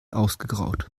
ausgegraut